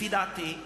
לפי דעתי,